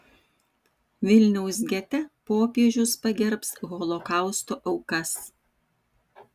vilniaus gete popiežius pagerbs holokausto aukas